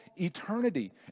eternity